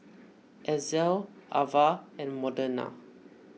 Ezell Avah and Modena